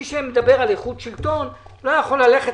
מי שמדבר על איכות שלטון לא יכול ללכת